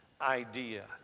idea